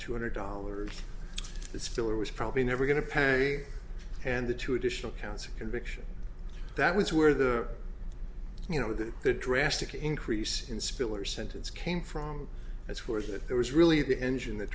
two hundred dollars this filler was probably never going to pay and the two additional counts of conviction that was where the you know that the drastic increase in spiller sentence came from as far as it was really the engine that